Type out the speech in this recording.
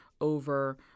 over